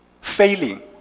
failing